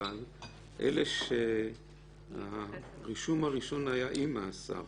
אלה שהרישום הראשון היה עם מאסר